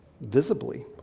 visibly